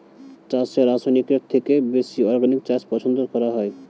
চাষে রাসায়নিকের থেকে বেশি অর্গানিক চাষ পছন্দ করা হয়